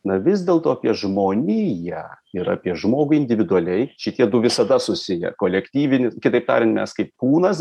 na vis dėlto apie žmoniją ir apie žmogų individualiai šitie du visada susiję kolektyvinį kitaip tariant mes kai kūnas